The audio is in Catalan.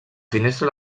finestra